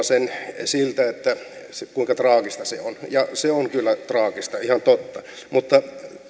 sen kuulostamaan siltä että kuinka traagista se on ja se on kyllä traagista ihan totta mutta